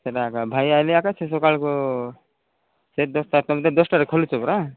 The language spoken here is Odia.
ସେଇଟା ଏକା ଭାଇ ଆସିଲେ ଏକା ସେ ସକାଳକୁ ସେ ଦଶଟା ତୁମେ ତ ଦଶଟାରେ ଖୋଲୁଛ ପରା